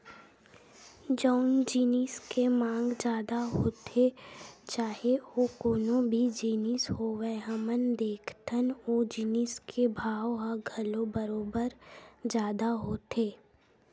जउन जिनिस के मांग जादा होथे चाहे ओ कोनो भी जिनिस होवय हमन देखथन ओ जिनिस के भाव ह घलो बरोबर जादा होथे